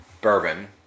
bourbon